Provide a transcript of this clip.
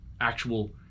actual